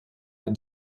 ein